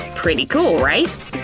pretty cool, right?